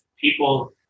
people